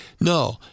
No